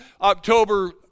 October